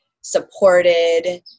supported